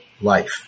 life